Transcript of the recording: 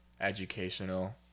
educational